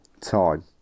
time